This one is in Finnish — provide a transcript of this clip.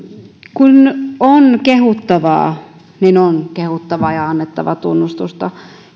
kun on kehuttavaa niin on kehuttava ja annettava tunnustusta